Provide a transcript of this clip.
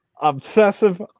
obsessive